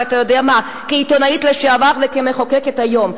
אבל כעיתונאית לשעבר וכמחוקקת היום,